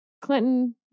Clinton